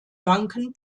banken